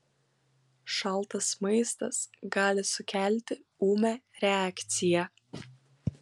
šaltas maistas gali sukelti ūmią reakciją